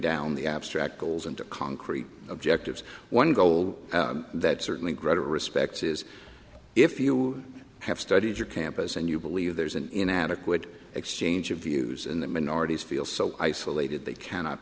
the abstract goals into concrete objectives one goal that certainly gretta respects is if you have studied your campus and you believe there's an inadequate exchange of views and that minorities feel so isolated they cannot